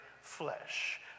flesh